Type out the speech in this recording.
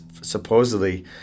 supposedly